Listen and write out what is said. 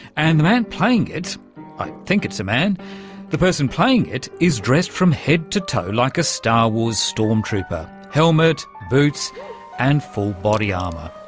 and the man playing it i think it's a man the person playing it is dressed from head to toe like a star wars stormtrooper helmet, boots and full body armour.